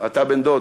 אתה בן-דוד,